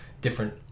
different